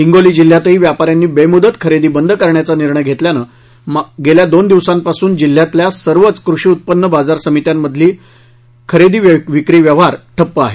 हिंगोली जिल्ह्यातही व्यापाऱ्यांनी बेमुदत खरेदी बंद करण्याचा निर्णय घेतल्यामुळे मागील दोन दिवसापासून जिल्ह्यातील सर्वच कृषी उत्पन्न बाजार समित्यांमधील खरेदी विक्री व्यवहार ठप्प आहेत